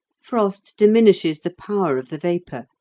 frost diminishes the power of the vapour,